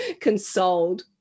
consoled